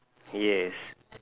yes